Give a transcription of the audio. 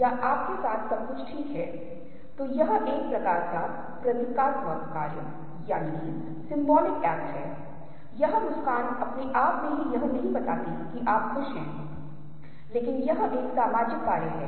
मैं जो करने में सक्षम हूं मैं अपनी स्मृति का उपयोग करता हूं मैं स्मृति व्याख्या की मदद से उपयोग करता हूं और मैं कहता हूं कि ठीक है जो मैं अपने सामने देखता हूं वह एक इंसान है